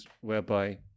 whereby